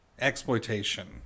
exploitation